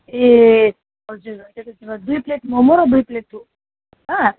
ए हजुर त्यसो भए दुई प्लेट मोमो दुई प्लेट थुक्पा